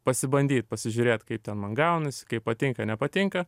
pasibandyt pasižiūrėt kaip ten man gaunasi kaip patinka nepatinka